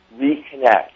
Reconnect